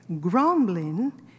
grumbling